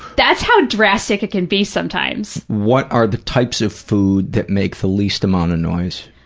that's how drastic it can be sometimes. what are the types of food that make the least amount of noise?